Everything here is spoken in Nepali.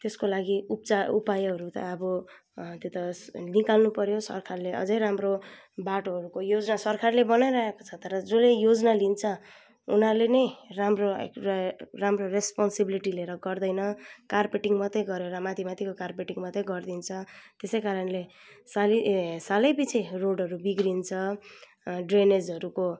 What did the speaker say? त्यसको लागि उपचार उपायहरू त अब त्यो त निकाल्नु पर्यो सरकारले अझ राम्रो बाटोहरूको योजना सरकारले बनाइरहेको छ तर जसले योजना लिन्छ उनीहरूले नै राम्रो राम्रो रेस्पनोसिबिलिटी लिएर गर्दैन कार्पेटिङ मात्र गरेर माथि माथिको कार्पेटिङ मात्र गरिदिन्छ त्यसै कारणले साल ए सालै पछि रोडहरू बिग्रन्छ ड्रेनेजहरूको